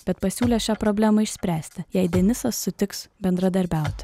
bet pasiūlė šią problemą išspręsti jei denisas sutiks bendradarbiauti